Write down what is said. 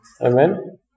Amen